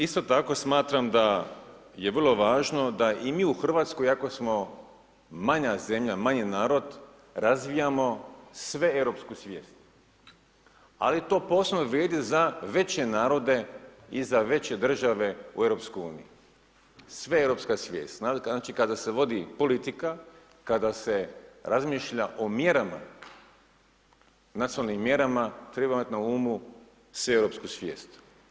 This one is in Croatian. Isto tako smatram da je vrlo važno da i mi u Hrvatskoj iako smo manja zemlja, manji narod razvijamo sveeuropsku svijest, ali to posebno vrijedi za veće narode i za veće države u EU, sveeuropska svijest, znači kada se vodi politika, kada se razmišlja o mjerama, nacionalnim mjerama treba imati na umu sveeuropsku svijet.